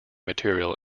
material